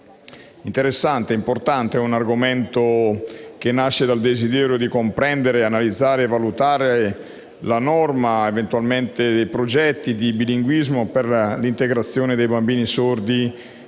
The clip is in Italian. un argomento importante e interessante, che nasce dal desiderio di comprendere, analizzare e valutare la normativa ed eventualmente i progetti di bilinguismo per l'integrazione dei bambini sordi